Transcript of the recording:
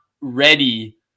ready